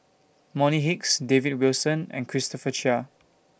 Bonny Hicks David Wilson and Christopher Chia